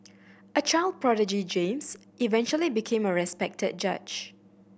a child prodigy James eventually became a respected judge